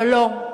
אבל לא,